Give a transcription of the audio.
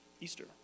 Easter